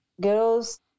girls